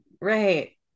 Right